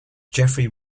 jeffery